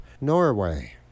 Norway